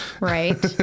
Right